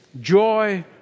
joy